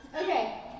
Okay